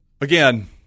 again